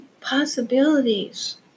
possibilities